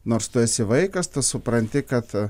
nors tu esi vaikas supranti kad